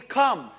come